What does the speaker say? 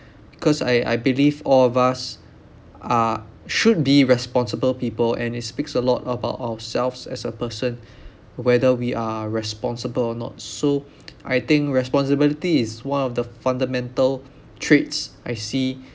cause I I believe all of us are should be responsible people and it speaks a lot about ourselves as a person whether we are responsible or not so I think responsibility is one of the fundamental traits I see